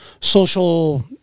social